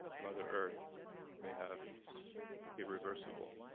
mother earth may have irreversible,